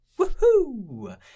woohoo